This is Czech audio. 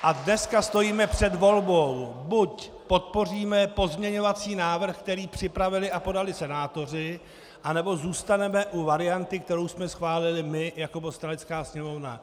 A dneska stojíme před volbou buď podpoříme pozměňovací návrh, který připravili a podali senátoři, anebo zůstaneme u varianty, kterou jsme schválili my jako Poslanecká sněmovna.